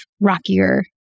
rockier